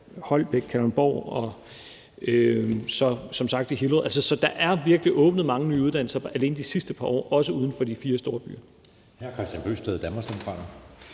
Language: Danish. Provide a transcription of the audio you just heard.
Holbæk, Kalundborg og som sagt i Hillerød. Så der er virkelig åbnet mange nye uddannelser alene de sidste par år, også uden for de fire store byer. Kl. 14:37 Anden næstformand